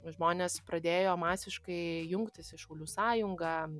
žmonės pradėjo masiškai jungtis į šaulių sąjungą